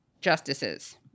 justices